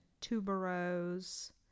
tuberose